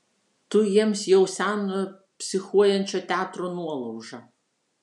tu jiems jau senojo psichuojančio teatro nuolauža